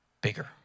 bigger